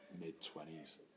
mid-twenties